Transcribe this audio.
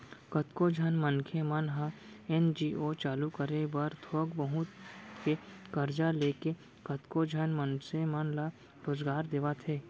कतको झन मनखे मन ह एन.जी.ओ चालू करे बर थोक बहुत के करजा लेके कतको झन मनसे मन ल रोजगार देवत हे